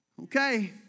Okay